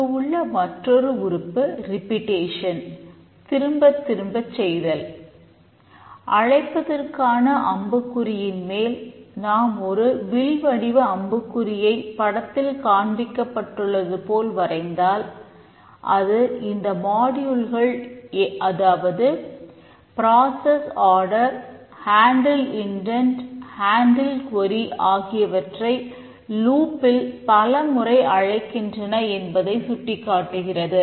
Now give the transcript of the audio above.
இங்கு உள்ள மற்றொரு உறுப்பு ரிப்பிடேஷன் பலமுறை அழைக்கின்றன என்பதைச் சுட்டிக்காட்டுகிறது